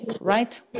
right